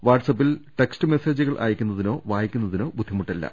വാട്സ്ആപ്പിൽ test മെസ്സേജുകൾ അയയ്ക്കുന്നതിനോ വായിക്കുന്നതിനോ ബുദ്ധിമുട്ടില്ല